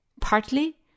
Partly